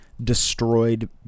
destroyed